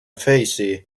facie